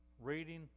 reading